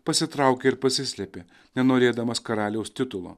pasitraukė ir pasislėpė nenorėdamas karaliaus titulo